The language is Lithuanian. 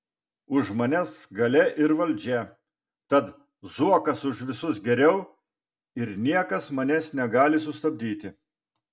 už manęs galia ir valdžia tad zuokas už visus geriau ir niekas manęs negali sustabdyti